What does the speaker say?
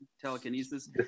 telekinesis